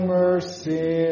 mercy